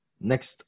Next